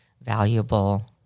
valuable